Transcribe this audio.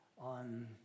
on